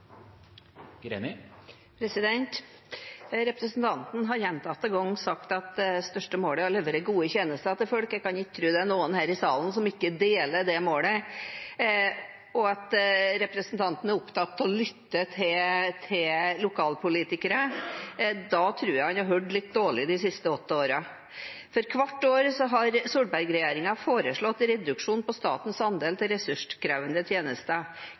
til. Representanten har gjentatte ganger sagt at det største målet er å levere gode tjenester til folk. Jeg kan ikke tro det er noen i denne salen som ikke deler det målet. Men at representanten er opptatt av å lytte til lokalpolitikere – da tror jeg han har hørt litt dårlig de siste åtte årene. Hvert år har Solberg-regjeringen foreslått reduksjon av statens andel til ressurskrevende tjenester.